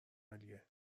عالیه